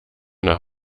nach